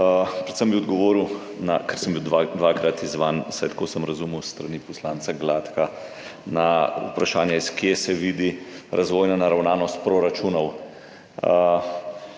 Predvsem bi odgovoril, ker sem bil dvakrat izzvan, vsaj tako sem razumel, s strani poslanca Gladka, na vprašanje, iz kje se vidi razvojna naravnanost proračunov.